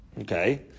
Okay